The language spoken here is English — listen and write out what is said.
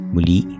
Muli